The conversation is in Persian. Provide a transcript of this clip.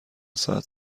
ساعت